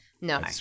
No